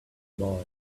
boy